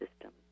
system